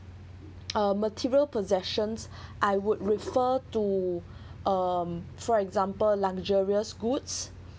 uh material possessions I would refer to uh for example luxurious goods